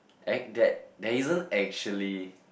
ain't that there isn't actually